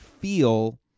feel